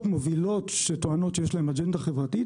מובילות שטוענות שיש להם אג'נדה חברתית,